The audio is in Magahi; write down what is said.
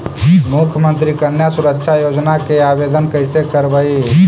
मुख्यमंत्री कन्या सुरक्षा योजना के आवेदन कैसे करबइ?